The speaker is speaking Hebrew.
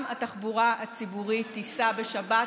גם התחבורה הציבורית תיסע בשבת,